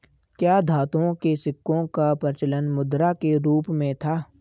क्या धातुओं के सिक्कों का प्रचलन मुद्रा के रूप में था?